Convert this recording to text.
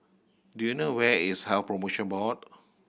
do you know where is Health Promotion Board